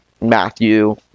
Matthew